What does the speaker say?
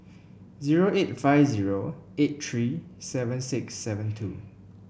zero eight five zero eight three seven six seven two